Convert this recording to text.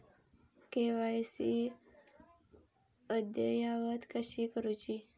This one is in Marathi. के.वाय.सी अद्ययावत कशी करुची?